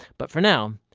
but for now,